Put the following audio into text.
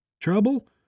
Trouble